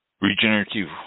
Regenerative